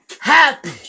happy